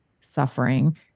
suffering